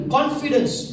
Confidence